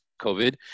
covid